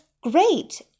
great